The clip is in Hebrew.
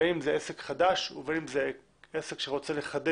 בין אם זה עסק חדש או בין אם זה עסק שרוצה לחדש